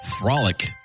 Frolic